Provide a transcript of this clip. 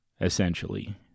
essentially